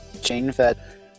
chain-fed